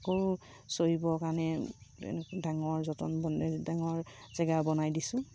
আকৌ চৰিবৰ কাৰণে এনেকৈ ডাঙৰ যতন ডাঙৰ জেগা বনাই দিছোঁ